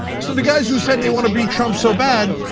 so the guys who said they wanna beat trump so bad,